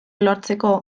lortzeko